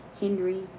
Henry